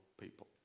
people